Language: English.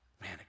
Man